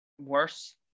Worse